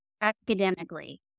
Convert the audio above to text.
academically